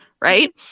right